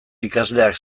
ikasleak